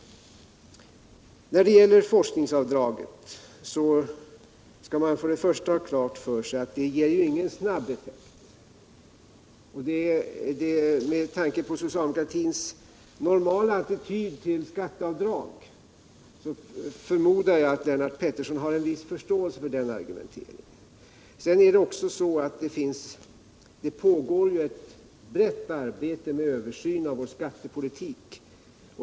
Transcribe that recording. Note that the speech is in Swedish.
När det gäller frågan om forskningsavdraget skall man först och främst ha klart för sig att detta inte ger någon snabb effekt. Med tanke på socialdemokratins normala attityd till skatteavdrag förmodar jag att Lennart Pettersson har en viss förståelse för den argumenteringen. Sedan pågår också ett brett arbete med översyn av vår skattepolitik.